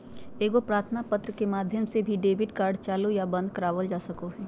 एगो प्रार्थना पत्र के माध्यम से भी डेबिट कार्ड चालू या बंद करवावल जा सको हय